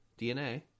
DNA